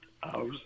house